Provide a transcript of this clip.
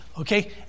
Okay